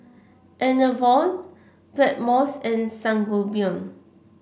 Enervon Blackmores and Sangobion